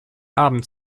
abend